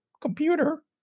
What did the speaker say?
Computer